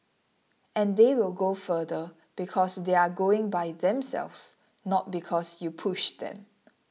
and they will go further because they are going by themselves not because you pushed them